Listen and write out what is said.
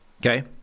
Okay